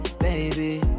baby